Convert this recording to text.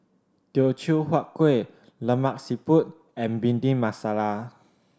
Teochew Huat Kuih Lemak Siput and Bhindi Masala